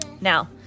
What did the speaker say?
Now